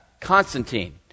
Constantine